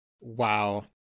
Wow